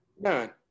None